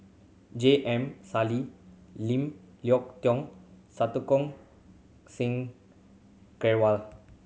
J M Sali Lim Leong Geok Santokh Singh Grewal